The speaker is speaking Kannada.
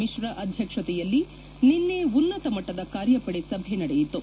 ಮಿತ್ತಾ ಅಧ್ಯಕ್ಷತೆಯಲ್ಲಿ ನಿನ್ನೆ ಉನ್ನತ ಮಟ್ಟದ ಕಾರ್ಯವಡೆ ಸಭೆ ನಡೆಯಿತು